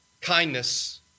kindness